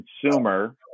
consumer